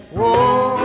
Whoa